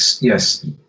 yes